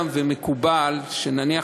לכך שמה שקיים ומקובל, שנניח